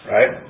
Right